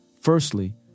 Firstly